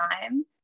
time